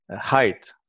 height